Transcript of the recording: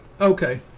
Okay